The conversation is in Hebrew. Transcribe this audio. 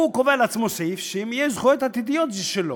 הוא קובע לעצמו סעיף שלפיו אם יהיו זכויות עתידיות הן שלו,